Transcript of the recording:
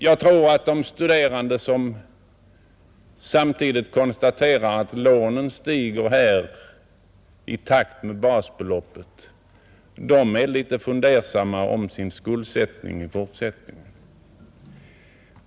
Jag tror att de studerande som konstaterar att lånen stiger i takt med basbeloppet är litet fundersamma över sin skuldsättning i fortsättningen.